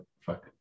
fuck